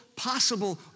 possible